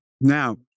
Now